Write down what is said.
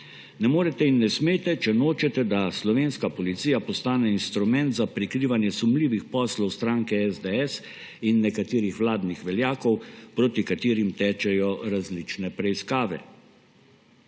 Ne morete in ne smete, če nočete, da slovenska policija postane instrument za prikrivanje sumljivih poslov stranke SDS in nekaterih vladnih veljakov, proti katerim tečejo različne preiskave.